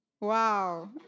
Wow